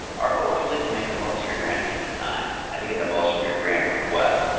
our goal is really to make the most of your grant seeking time and to get the most from your grant requests.